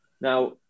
Now